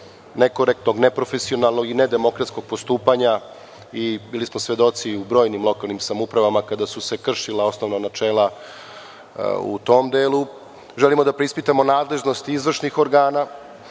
nekorektnog, neprofesionalnog i nedemokratskog postupanja. Bili smo svedoci u brojim lokalnim samouprava kada su se kršila osnovna načela u tom delu. Želimo da preispitamo nadležnost izvršnih organa